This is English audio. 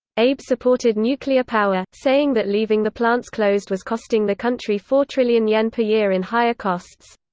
abe supported nuclear power, saying that leaving the plants closed was costing the country four trillion yen per year in higher costs.